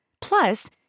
Plus